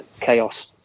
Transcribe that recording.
chaos